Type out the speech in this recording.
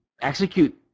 execute